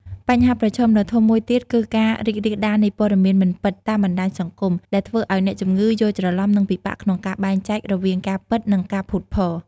បញ្ហាប្រឈមដ៏ធំមួយទៀតគឺការរីករាលដាលនៃព័ត៌មានមិនពិតតាមបណ្តាញសង្គម ដែលធ្វើឱ្យអ្នកជំងឺយល់ច្រឡំនិងពិបាកក្នុងការបែងចែករវាងការពិតនិងការភូតភរ។